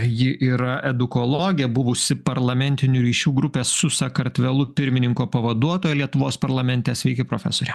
ji yra edukologė buvusi parlamentinių ryšių grupės su sakartvelu pirmininko pavaduotoja lietuvos parlamente sveiki profesore